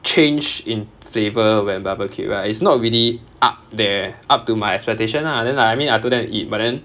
change in flavour when barbecued right it's not really up there up to my expectation lah then like I mean I told them to eat